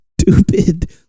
stupid